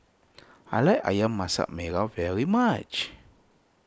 I like Ayam Masak Merah very much